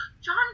John